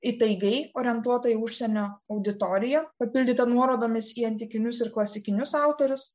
įtaigiai orientuota į užsienio auditoriją papildyta nuorodomis į antikinius ir klasikinius autorius